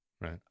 Right